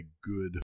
good